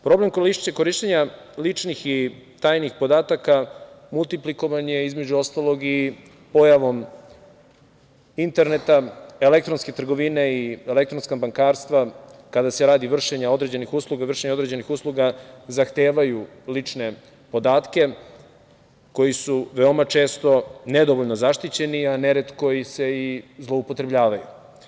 Problem korišćenja ličnih i tajnih podataka multiplikovan je i između ostalog i pojavom interneta, elektronske trgovine i elektronskog bankarstva kada se radi vršenja određenih usluga, vršenje određenih usluga zahtevaju lične podatke koji su veoma često nedovoljno zaštićeni, a neretko se i zloupotrebljavaju.